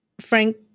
Frank